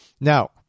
Now